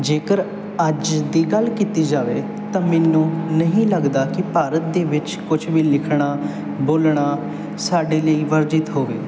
ਜੇਕਰ ਅੱਜ ਦੀ ਗੱਲ ਕੀਤੀ ਜਾਵੇ ਤਾਂ ਮੈਨੂੰ ਨਹੀਂ ਲੱਗਦਾ ਕਿ ਭਾਰਤ ਦੇ ਵਿੱਚ ਕੁਛ ਵੀ ਲਿਖਣਾ ਬੋਲਣਾ ਸਾਡੇ ਲਈ ਵਰਜਿਤ ਹੋਵੇ